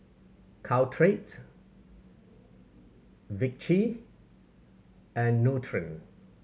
Caltrate Vichy and Nutren